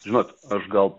žinot aš gal